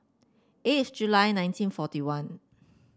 eighth July nineteen forty one